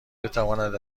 بتواند